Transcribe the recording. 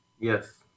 Yes